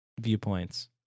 viewpoints